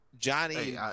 Johnny